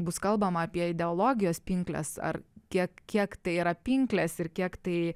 bus kalbama apie ideologijos pinkles ar kiek kiek tai yra pinklės ir kiek tai